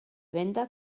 venda